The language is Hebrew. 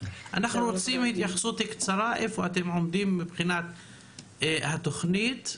קצרה לאיפה אתם עומדים מבחינת התוכנית,